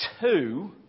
two